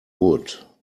wood